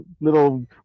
little